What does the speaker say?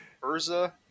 Urza